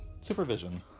Supervision